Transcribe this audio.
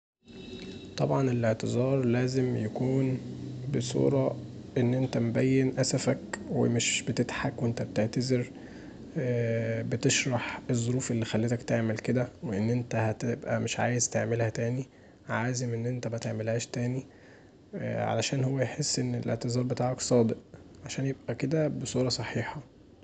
طبعا الاعتذار لازم يكون بصورة ان انت مبين اسفك ومش بتضحك وانت بتعتذر بتشرح الظروف اللي خلتك تعمل كدا وان انت مش هتبقي عايز تعملها تاني، عازم ان انت متعملهاش تاني عشان هو يحس ان الاعتذار بتاعك صادق، عشان يبقي كدا بصوره صحيحه.